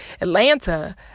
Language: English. Atlanta